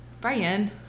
Brian